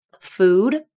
food